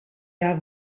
have